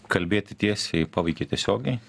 kalbėti tiesiai paveikė tiesiogiai